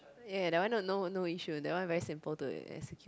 ya that one no no issue that one very simple to execute